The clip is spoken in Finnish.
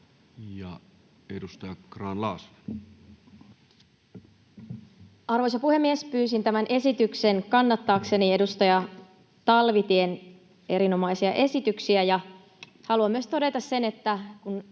Ja edustaja Grahn-Laasonen. Arvoisa puhemies! Pyysin tämän puheenvuoron kannattaakseni edustaja Talvitien erinomaisia esityksiä. Ja haluan myös todeta sen, että kun